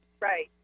Right